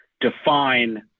define